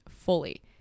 fully